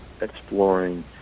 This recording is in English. exploring